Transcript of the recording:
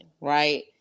right